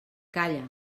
calla